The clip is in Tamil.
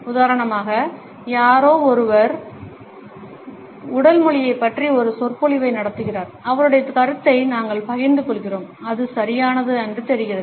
உதாரணமாக யாரோ ஒருவர் உடல் மொழியைப் பற்றி ஒரு சொற்பொழிவை நடத்துகிறார் அவருடைய கருத்தை நாங்கள் பகிர்ந்து கொள்கிறோம் அது சரியானது என்று தெரிகிறது